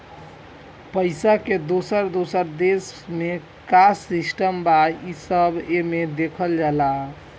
पइसा के दोसर दोसर देश मे का सिस्टम बा, ई सब एमे देखल जाला